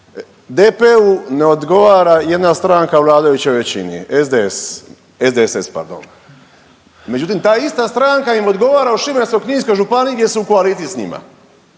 DP-u ne odgovara jedna stranka u vladajućoj većini SDS, SDSS pardon. Međutim, ta ista stranka im odgovara u Šibensko-kninskoj županiji gdje su u koaliciji sa njima.